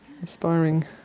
inspiring